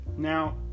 Now